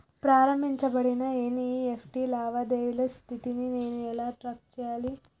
ప్రారంభించబడిన ఎన్.ఇ.ఎఫ్.టి లావాదేవీల స్థితిని నేను ఎలా ట్రాక్ చేయాలి?